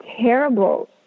terrible